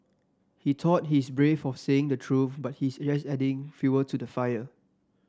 he thought he's brave for saying the truth but he's just adding fuel to the fire